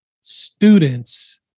students